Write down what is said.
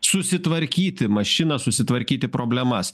susitvarkyti mašiną susitvarkyti problemas